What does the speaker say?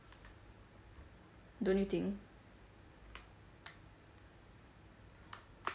don't you think